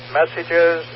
messages